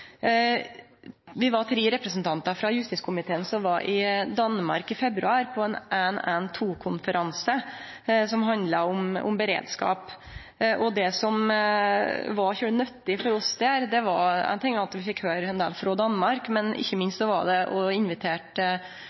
Vi var tre representantar frå justiskomiteen som var i Danmark i februar på ein 112-konferanse som handla om beredskap. Éin ting var at vi fekk høyre ein del frå Danmark, men ikkje minst var det nyttig at det var invitert deltakarar frå Noreg, som heldt innlegg på konferansen, og